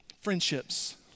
friendships